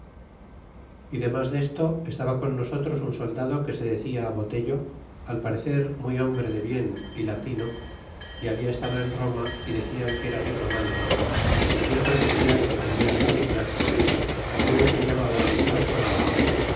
y demas desto estaba con nosotros un soldado que se decia botello al parecer muy hombre de bien y latino y habla estado en roma y decian que era negromntico otros decian que tenia familiar algunos le llamaban astrólogo